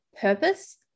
purpose